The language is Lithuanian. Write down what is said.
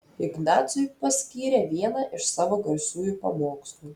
ignacui paskyrė vieną iš savo garsiųjų pamokslų